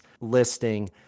listing